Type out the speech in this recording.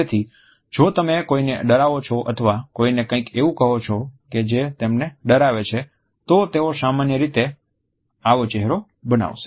તેથી જો તમે કોઈને ડરાવો છો અથવા કોઈને કંઈક એવું કહો છો કે જે તેમને ડરાવે છે તો તેઓ સામાન્ય રીતે આ ચહેરો બનાવશે